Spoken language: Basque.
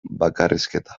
bakarrizketa